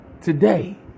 today